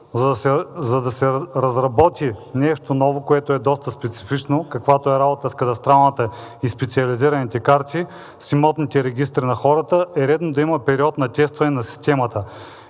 За да се разработи нещо ново, което е доста специфично, каквато е работата с кадастралната и специализираните карти, с имотните регистри на хората, е редно да има период на тестване на системата.